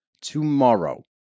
tomorrow